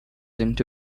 into